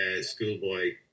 schoolboy